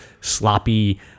sloppy